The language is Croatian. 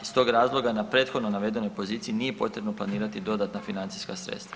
Iz tog razloga, na prethodno navedenoj poziciji nije potrebno planirati dodatna financijska sredstva.